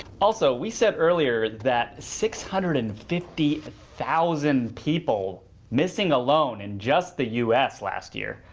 also we said earlier that six hundred and fifty thousand people missing alone in just the u s. last year?